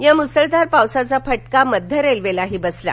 या मुसळधार पावसाचा फटका मध्य रेल्वेलाही बसला